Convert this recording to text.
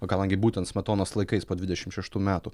o kadangi būtent smetonos laikais po dvidešim šeštų metų